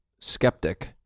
skeptic